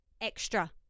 Extra